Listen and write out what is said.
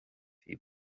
bhí